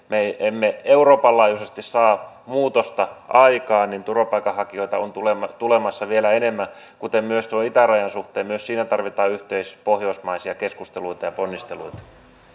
me emme euroopan laajuisesti saa muutosta aikaan niin turvapaikanhakijoita on tulemassa tulemassa vielä enemmän kuten myös itärajan suhteen myös siinä tarvitaan yhteispohjoismaisia keskusteluita ja ponnisteluita